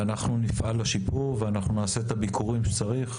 ואנחנו נפעל לשיפור ונעשה את הביקורים שצריך.